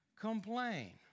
complain